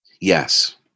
Yes